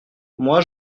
moi